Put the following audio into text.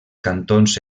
cantons